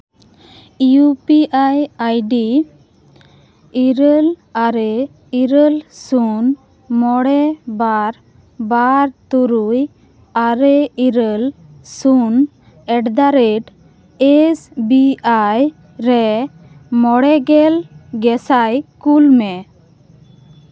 U P I ID ᱤᱨᱟᱹᱞ ᱟᱨᱮ ᱤᱨᱟᱹᱞ ᱥᱩᱱ ᱢᱚᱬᱮ ᱵᱟᱨ ᱵᱟᱨ ᱛᱩᱨᱩᱭ ᱟᱨᱮ ᱤᱨᱟᱹᱞ ᱥᱩᱱ ᱮᱴᱫᱟᱨᱮᱴ ᱮᱹᱥ ᱵᱤ ᱟᱭ ᱨᱮ ᱢᱚᱬᱮ ᱜᱮᱞ ᱜᱮᱥᱟᱭ ᱠᱩᱞ ᱢᱮ